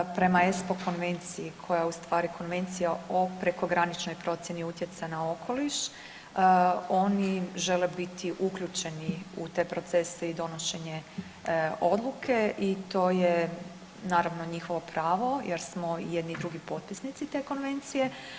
Prema Espo konvenciji koja je ustvari konvencija o prekograničnoj procjeni utjecaja na okoliš oni žele biti uključeni u te procese i donošenje odluke i to je naravno njihovo pravo jer smo i jedni i drugi potpisnici te konvencije.